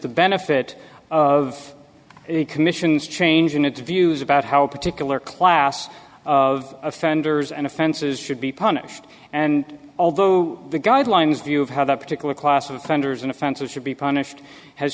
the benefit of the commission's change in its views about how a particular class of offenders and offenses should be punished and although the guidelines view of how that particular class of offenders and offenses should be punished has